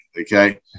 okay